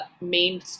main